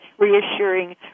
reassuring